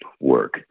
work